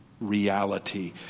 reality